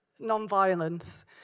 nonviolence